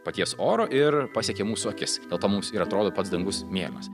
paties oro ir pasiekia mūsų akis dėl to mums ir atrodo pats dangus mėlynas